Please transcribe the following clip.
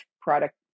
product